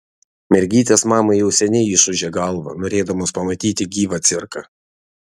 mergytės mamai jau seniai išūžė galvą norėdamos pamatyti gyvą cirką